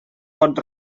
pot